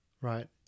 right